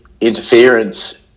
interference